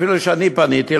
אפילו שאני פניתי,